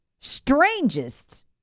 Strangest